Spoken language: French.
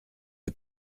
est